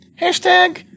hashtag